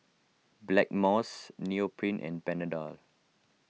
Blackmores Nepro and Panadol